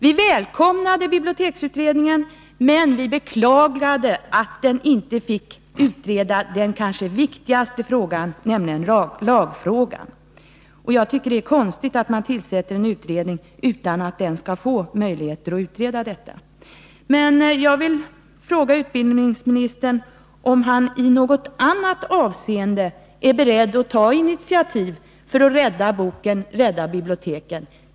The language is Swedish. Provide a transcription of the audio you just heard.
Vi välkomnade biblioteksutredningen, men vi beklagade att den inte fick utreda den kanske viktigaste frågan, nämligen lagfrågan. Jag tycker det är konstigt att man tillsätter en utredning utan att ge den möjligheter att utreda den delen. Jag vill fråga utbildningsministern om han i något annat avseende är beredd att ta initiativ för att rädda boken och rädda biblioteken.